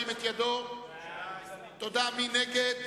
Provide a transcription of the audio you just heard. מי נגד?